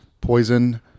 poison